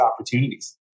opportunities